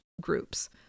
groups